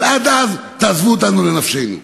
אבל עד אז, תעזבו אותנו לנפשנו.